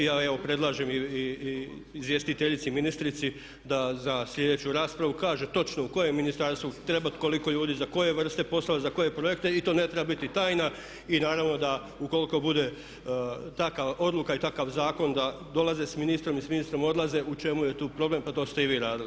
Ja evo predlažem i izvjestiteljici ministrici da za slijedeću raspravu kaže točno u kojem ministarstvu treba koliko ljudi, za koje vrste poslova, za koje projekte i to ne treba biti tajna i naravno da ukoliko bude takva odluka i takav zakon da dolaze s ministrom i s ministrom odlaze u čemu je tu problem, pa to ste i vi radili.